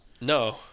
No